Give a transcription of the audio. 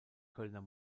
kölner